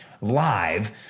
live